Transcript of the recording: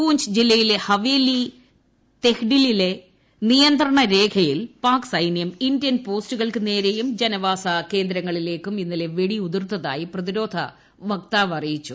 പൂഞ്ച് ജില്ലയില്ലെ ഹവേലി തെഹ്ഡിലിലെ നിയന്ത്രണരേഖയിൽ പാക് സൈന്യക്ക് ഇന്ത്യൻ പോസ്റ്റുകൾക്ക് നേരെയും ജനവാസ ക്കേന്ദ്രങ്ങളിലേക്കും ഇന്നലെ വെടിയുതിർത്തായി പ്രതിരോധ് വ്യക്താവ് അറിയിച്ചു